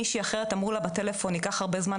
מישהי אחרת אמרו לה בטלפון ייקח הרבה זמן,